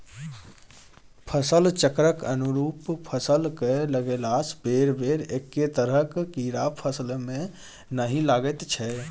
फसल चक्रक अनुरूप फसल कए लगेलासँ बेरबेर एक्के तरहक कीड़ा फसलमे नहि लागैत छै